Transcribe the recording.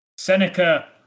Seneca